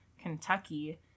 Kentucky